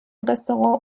restaurant